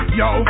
yo